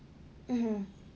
mmhmm